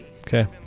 Okay